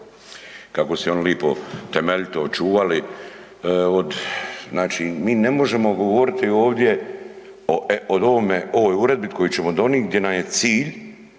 kako se on lipo temeljito očuvali od, znači, mi ne možemo govoriti ovdje, o ovome, ovoj uredbi koju ćemo donijeti gdje nam je cilj